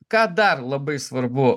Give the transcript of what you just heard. ką dar labai svarbu